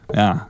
ja